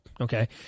Okay